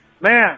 Man